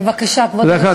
בבקשה, כבוד היושב-ראש.